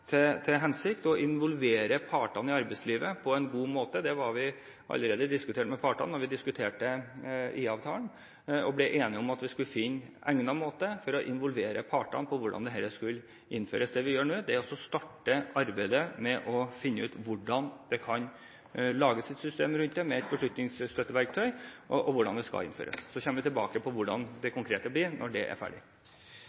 til hensikt å involvere partene i arbeidslivet i på en god måte. Det ble diskutert med partene allerede da vi diskuterte IA-avtalen. Vi ble enige om at vi skulle finne en egnet måte å involvere partene på med hensyn til hvordan dette skulle innføres. Det vi gjør nå, er å starte arbeidet med å finne ut hvordan det kan lages et system rundt dette med beslutningsstøtteverktøy, og hvordan det skal innføres. Så kommer vi tilbake til hvordan det